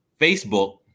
Facebook